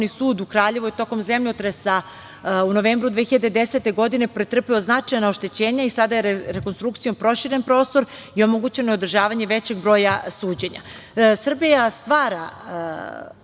sud u Kraljevu je tokom zemljotresa u novembru 2010. godine pretrpeo značajna oštećenja i sada je rekonstrukcijom proširen prostor i omogućeno je održavanje većeg broja suđenja. Srbija stvara